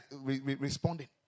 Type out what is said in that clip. responding